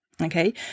Okay